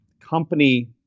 company